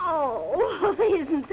oh isn't